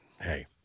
hey